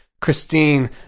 Christine